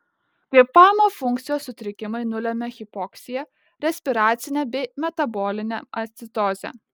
kvėpavimo funkcijos sutrikimai nulemia hipoksiją respiracinę bei metabolinę acidozę